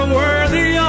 worthy